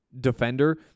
defender